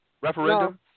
Referendum